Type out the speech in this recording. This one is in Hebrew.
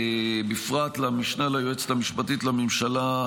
בפרט למשנה ליועץ המשפטי לממשלה,